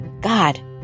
God